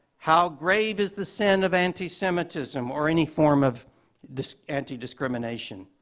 how grave is the sin of anti-semitism or any form of anti discrimination?